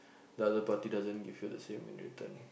the other party doesn't give you the same in return